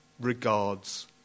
Regards